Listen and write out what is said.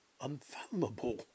unfathomable